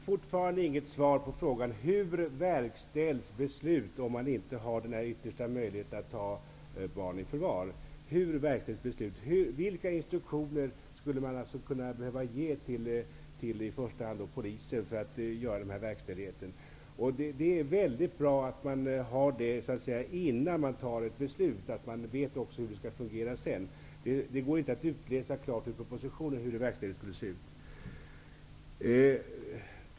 Jag har ännu inte fått något svar på det jag frågat om: Hur verkställs beslut, om inte den här yttersta möjligheten finns -- dvs. möjligheten att ta barn i förvar? Vilka instruktioner skulle man alltså kunna behöva ge i första hand polisen när det gäller den här verkställigheten? Det är väldigt bra att ha med det innan beslut fattas. Det gäller att veta hur det senare skall fungera. Det kan inte klart utläsas ur propositionen hur verkställigheten ser ut.